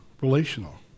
relational